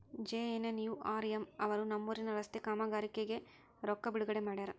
JNNURM ಅವರು ನಮ್ಮೂರಿನ ರಸ್ತೆ ಕಾಮಗಾರಿಗೆ ರೊಕ್ಕಾ ಬಿಡುಗಡೆ ಮಾಡ್ಯಾರ